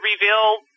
reveal